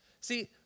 See